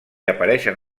apareixen